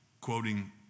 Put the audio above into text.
Quoting